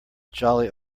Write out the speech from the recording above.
jolly